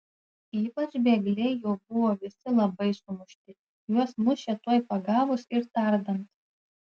ypač bėgliai jau buvo visi labai sumušti juos mušė tuoj pagavus ir tardant